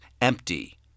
empty